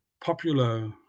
popular